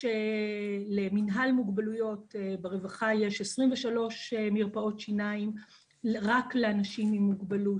למנהל מוגבלויות ברווחה יש 23 מרפאות שיניים רק לאנשים עם מוגבלות.